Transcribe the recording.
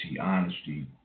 honesty